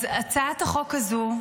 הצעת החוק הזו,